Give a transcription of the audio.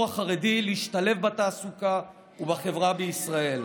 החרדי להשתלב בתעסוקה ובחברה בישראל.